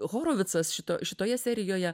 horovicas šito šitoje serijoje